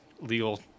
legal